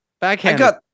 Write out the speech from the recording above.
backhand